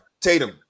Tatum